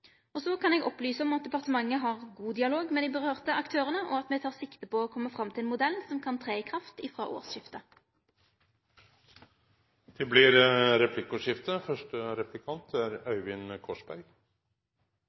kan òg opplyse om at departementet har god dialog med dei involverte aktørane, og at me tek sikte på å kome fram til ein modell som kan tre i kraft frå årsskiftet. Det blir replikkordskifte.